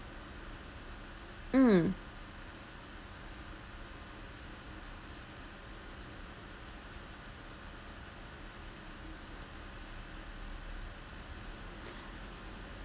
mm